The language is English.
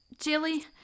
Jilly